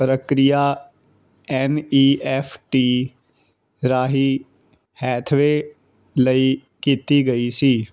ਪ੍ਰਕਿਰਿਆ N E F T ਰਾਹੀਂ Hathaway ਲਈ ਕੀਤੀ ਗਈ ਸੀ